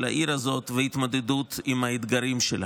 העיר הזאת ולהתמודדות עם האתגרים שלה.